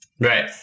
Right